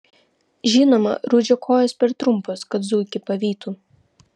žinoma rudžio kojos per trumpos kad zuikį pavytų